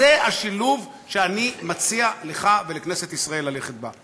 זה השילוב שאני מציע לך ולכנסת ישראל ללכת בו.